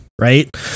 right